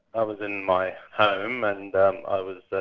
i was in my home and and um i was,